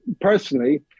personally